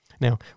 Now